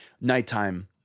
nighttime